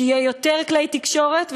שיהיו יותר כלי תקשורת,